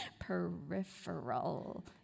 Peripheral